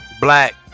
Black